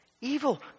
Evil